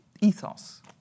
ethos